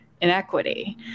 Inequity